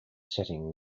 setting